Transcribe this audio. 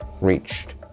reached